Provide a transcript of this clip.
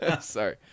sorry